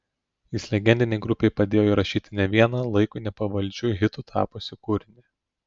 jis legendinei grupei padėjo įrašyti ne vieną laikui nepavaldžiu hitu tapusį kūrinį